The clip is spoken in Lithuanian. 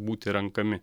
būti renkami